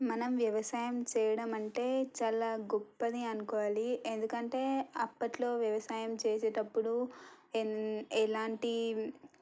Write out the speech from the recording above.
మనం వ్యవసాయం చేయడం అంటే చాలా గొప్పది అనుకోవాలి ఎందుకంటే అప్పట్లో వ్యవసాయం చేసేటప్పుడు ఎం ఎలాంటి